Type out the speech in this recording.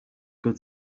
good